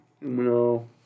No